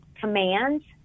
commands